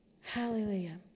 Hallelujah